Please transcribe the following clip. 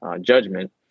judgment